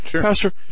Pastor